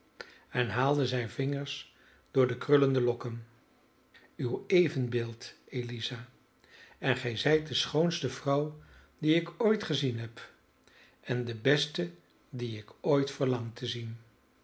en haalde zijne vingers door de krullende lokken uw evenbeeld eliza en gij zijt de schoonste vrouw die ik ooit gezien heb en de beste die ik ooit verlang te zien